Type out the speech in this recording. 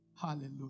Hallelujah